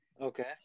Okay